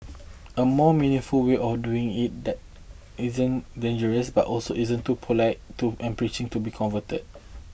a more meaningful way of doing it that isn't dangerous but also isn't too polite to and preaching to be converted